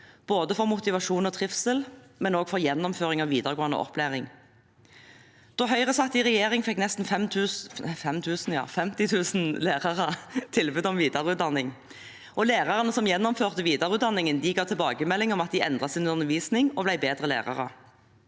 både for motivasjon og trivsel og for gjennomføring av videregående opplæring. Da Høyre satt i regjering, fikk nesten 50 000 lærere tilbud om videreutdanning. Lærere som gjennomførte videreutdanning, ga tilbakemelding om at de endret sin undervisning og ble bedre lærere.